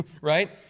right